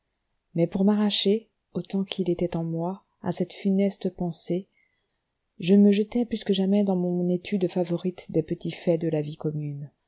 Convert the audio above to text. mais pour m'arracher autant qu'il était en moi à cette funeste pensée je me jetai plus que jamais dans mon étude favorite des petits faits de la vie commune